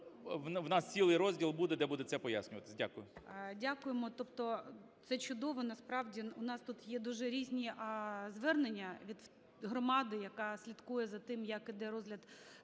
в нас цілий розділ буде, де буде це пояснюватися. Дякую. ГОЛОВУЮЧИЙ. Дякуємо. Тобто це чудово насправді. В нас тут є дуже різні звернення від громади, яка слідкує за тим, як іде розгляд